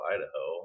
Idaho